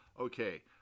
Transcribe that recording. Okay